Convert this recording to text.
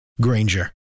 Granger